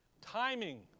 Timing